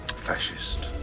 Fascist